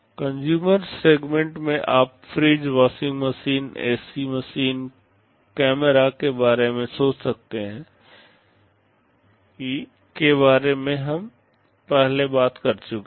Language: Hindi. कंज्यूमर सेगमेंट में आप fridge washing machine AC machine camera के बारे में सोच सकते हैं जिसके बारे में हम पहले से बात कर चुके हैं